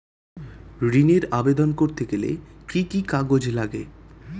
ঋণের আবেদন করতে গেলে কি কি কাগজ লাগে?